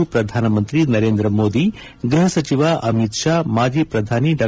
ಶ್ರಧಾನಮಂತ್ರಿ ನರೇಂದ್ರ ಮೋದಿ ಗ್ಲಪ ಸಚಿವ ಅಮಿತ್ ಶಾ ಮಾಜಿ ಶ್ರಧಾನಿ ಡಾ